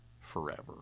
forever